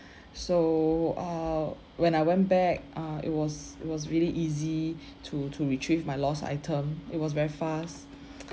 so err when I went back uh it was it was really easy to to retrieve my lost item it was very fast